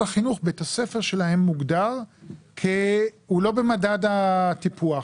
החינוך בית הספר שלהם מוגדר כהוא לא במדד הטיפוח.